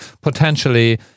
potentially